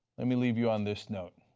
let me leave you on this note